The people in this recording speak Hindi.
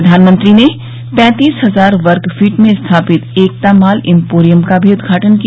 प्रधानमंत्री पैंतीस हजार वर्ग फिट में स्थापित एकतामाल इम्पोरियम का भी उद्घाटन किया